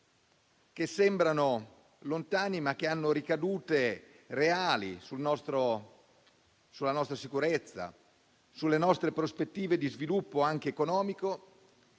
che sembrano lontani, ma che hanno ricadute reali sulla nostra sicurezza, sulle nostre prospettive di sviluppo anche economico